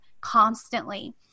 constantly